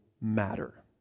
matter